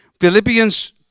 Philippians